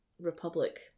Republic